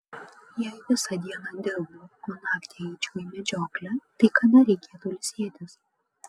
jei visą dieną dirbu o naktį eičiau į medžioklę tai kada reikėtų ilsėtis